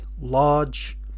large